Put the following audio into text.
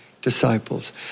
disciples